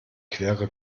quere